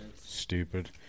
Stupid